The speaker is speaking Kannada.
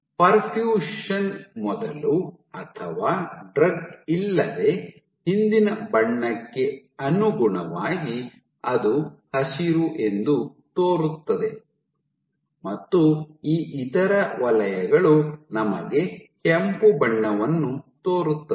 ಪರ್ಫ್ಯೂಷನ್ ಮೊದಲು ಅಥವಾ ಡ್ರಗ್ ಇಲ್ಲದೆ ಹಿಂದಿನ ಬಣ್ಣಕ್ಕೆ ಅನುಗುಣವಾಗಿ ಅದು ಹಸಿರು ಎಂದು ತೋರುತ್ತದೆ ಮತ್ತು ಈ ಇತರ ವಲಯಗಳು ನಮಗೆ ಕೆಂಪು ಬಣ್ಣವನ್ನು ತೋರುತ್ತದೆ